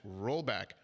rollback